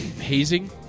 Hazing